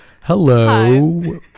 Hello